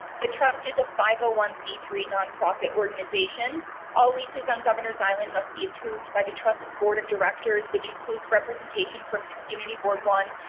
the trust is a five a one c three nonprofit organization all leases on governor's island must be approved by the trust's board of directors, which includes representation from community board. one,